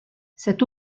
cette